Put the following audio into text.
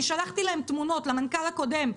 אני שלחתי תמונות למנכ"ל הקודם.